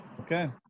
Okay